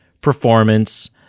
performance